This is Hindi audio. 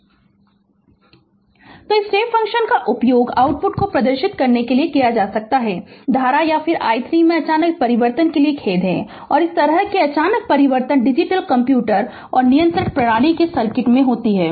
Refer Slide Time 2944 तो स्टेप फंक्शन का उपयोग आउटपुट को प्रदर्शित करने के लिए किया जा सकता है धारा या i 3 में अचानक परिवर्तन के लिए खेद है और इस तरह के अचानक परिवर्तन डिजिटल कंप्यूटर और नियंत्रण प्रणाली के सर्किट में होते हैं